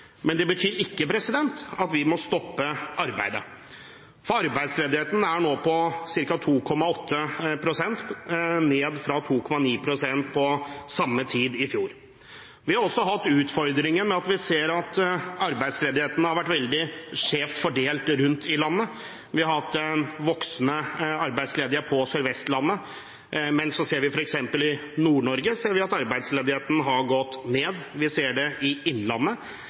Men det betyr ikke at vi må stoppe arbeidet. Arbeidsledigheten er nå på ca. 2,8 pst., ned fra 2,9 pst. på samme tid i fjor. Vi har også hatt utfordringer med at arbeidsledigheten har vært veldig skjevt fordelt rundt i landet. Vi har hatt voksende arbeidsledighet på Sør-Vestlandet, men f.eks. i Nord-Norge ser vi at arbeidsledigheten har gått ned, og vi ser det i innlandet.